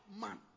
man